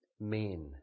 Men